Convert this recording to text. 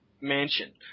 mansion